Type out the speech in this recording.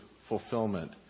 fulfillment